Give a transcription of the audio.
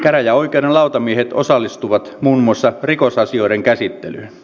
käräjäoikeuden lautamiehet osallistuvat muun muassa rikosasioiden käsittelyyn